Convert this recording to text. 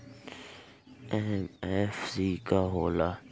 MFC का हो़ला?